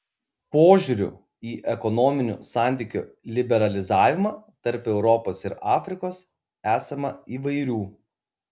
požiūrių į ekonominių santykių liberalizavimą tarp europos ir afrikos esama įvairių